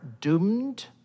doomed